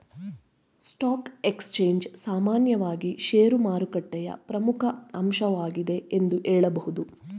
stock exchange ಸಾಮಾನ್ಯವಾಗಿ ಶೇರುಮಾರುಕಟ್ಟೆಯ ಪ್ರಮುಖ ಅಂಶವಾಗಿದೆ ಎಂದು ಹೇಳಬಹುದು